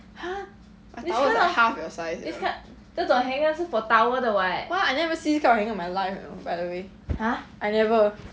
!huh! the towel is like half your size uh what I never even see this kind of towel in my life you know by the way I never